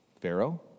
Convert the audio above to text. Pharaoh